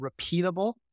repeatable